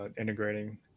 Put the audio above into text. integrating